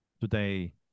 today